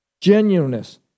genuineness